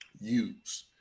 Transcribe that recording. use